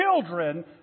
children